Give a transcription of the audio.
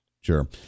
Sure